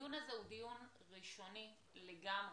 הדיון הזה הוא דיון ראשוני לגמרי,